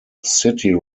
city